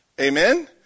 Amen